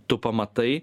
tu pamatai